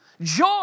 Joy